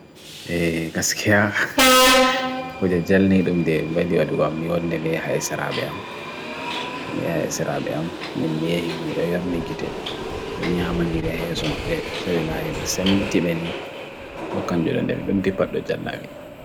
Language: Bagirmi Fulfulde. Eee, kas kya? Koja jel nilumde, bheniwaru gam nilunde mehae sarabiam. Mehae sarabiam, men meheh, mirayor nigeethe. Yon nyama nireha sumapbe, sebena aribasem tibeni. Tokan jel nilumde, bumtipad do jelnawe.